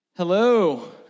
Hello